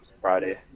Friday